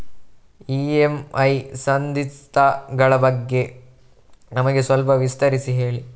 EMI ಸಂಧಿಸ್ತ ಗಳ ಬಗ್ಗೆ ನಮಗೆ ಸ್ವಲ್ಪ ವಿಸ್ತರಿಸಿ ಹೇಳಿ